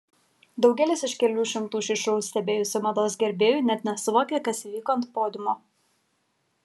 daugelis iš kelių šimtų šį šou stebėjusių mados gerbėjų net nesuvokė kas įvyko ant podiumo